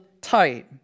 tight